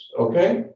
okay